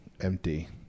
empty